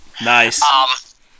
Nice